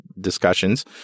discussions